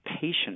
patient